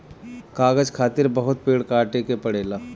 कागज खातिर बहुत पेड़ काटे के पड़ेला